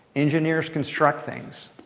engineers construct things.